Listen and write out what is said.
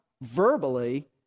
verbally